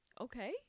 Okay